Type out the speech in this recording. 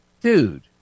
dude